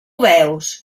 veus